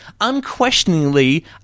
unquestioningly